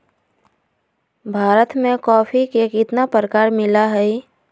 भारत में कॉफी के कितना प्रकार मिला हई?